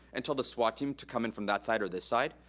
and tell the swat team to come in from that side or this side.